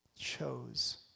chose